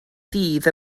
ddydd